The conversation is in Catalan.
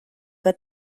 que